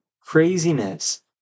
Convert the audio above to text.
craziness